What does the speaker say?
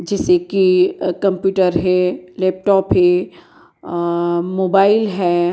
जैसे कि कंप्यूटर है लैपटॉप है मोबाइल है